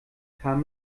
kam